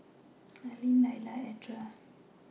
Aylin Layla and Edra